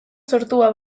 sortua